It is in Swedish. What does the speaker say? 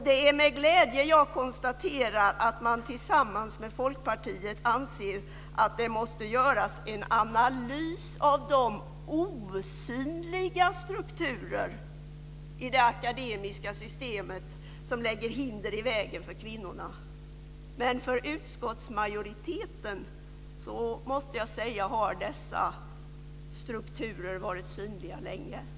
Det är med glädje jag konstaterar att man tillsammans med Folkpartiet anser att det måste göras en analys av de osynliga strukturer i det akademiska systemet som lägger hinder i vägen för kvinnorna. Men för utskottsmajoriteten måste jag säga att dessa strukturer har varit synliga länge.